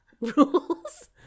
rules